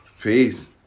Peace